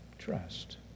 trust